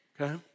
okay